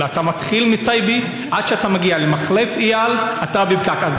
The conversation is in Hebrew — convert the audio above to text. אלא אתה מתחיל מטייבה ועד שאתה מגיע למחלף אייל אתה בפקק.